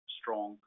strong